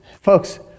folks